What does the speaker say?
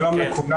שלום לכולם.